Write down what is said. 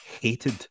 hated